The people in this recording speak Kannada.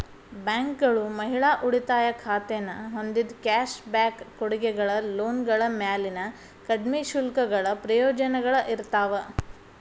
ಬ್ಯಾಂಕ್ಗಳು ಮಹಿಳಾ ಉಳಿತಾಯ ಖಾತೆನ ಹೊಂದಿದ್ದ ಕ್ಯಾಶ್ ಬ್ಯಾಕ್ ಕೊಡುಗೆಗಳ ಲೋನ್ಗಳ ಮ್ಯಾಲಿನ ಕಡ್ಮಿ ಶುಲ್ಕಗಳ ಪ್ರಯೋಜನಗಳ ಇರ್ತಾವ